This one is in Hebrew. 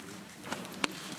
חבר הכנסת